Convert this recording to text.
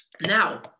Now